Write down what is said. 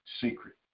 secret